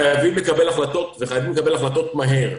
חייבים לקבל החלטות, וחייבים לקבל החלטות מהר.